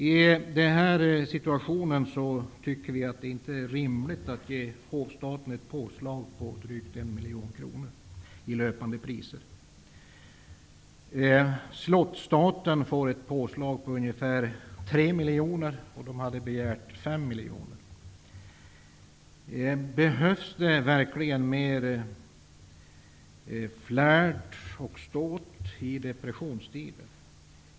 I nuvarande situation tycker vi inte att det är rimligt att ge hovstaten ett påslag om drygt 1 miljon kronor i löpande priser. Slottsstaten får ett påslag på ungefär 3 miljoner -- 5 miljoner har begärts. Behövs det verkligen mer flärd och ståt nu i depressionstider?